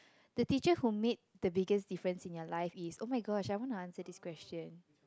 the teacher who made the biggest difference in your life is oh-my-gosh I wanna answer this question